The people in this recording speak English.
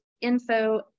info